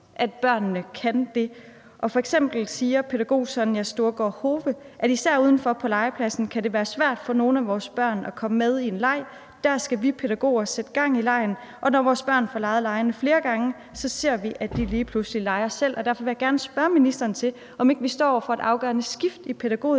at børnene kan det. F.eks. siger pædagog Sonja Storgaard Hove: »Især udenfor på legepladsen kan det være svært for nogle af vores børn at komme med i en leg. Der skal vi pædagoger sætte gang i legen. Når vores børn får leget legene flere gange, ser vi, at de lige pludselig leger selv.« Derfor vil jeg gerne spørge ministeren til, om ikke vi står over for et afgørende skift i